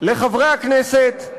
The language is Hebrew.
לחברי הכנסת,